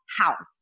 house